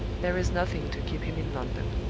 there is nothing to keep him in london.